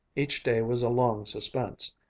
each day was a long suspense,